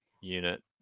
unit